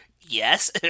yes